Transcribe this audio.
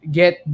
get